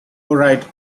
write